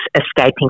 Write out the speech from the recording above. escaping